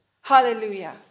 Hallelujah